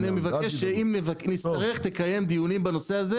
אני מבקש שאם נצטרך, תקיים דיונים בנושא הזה.